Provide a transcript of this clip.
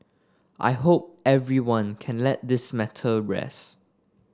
I hope everyone can let this matter rest